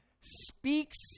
speaks